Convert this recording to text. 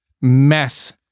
mess